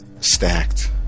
stacked